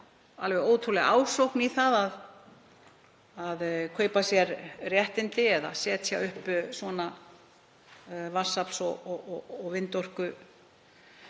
alveg ótrúleg ásókn í það að kaupa sér réttindi eða setja upp svona vatnsafls- og vindorkustöðvar.